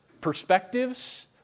perspectives